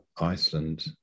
Iceland